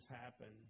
happen